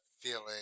feeling